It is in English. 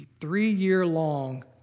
three-year-long